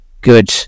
good